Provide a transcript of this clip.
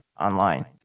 online